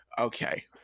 okay